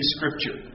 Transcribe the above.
Scripture